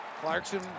Clarkson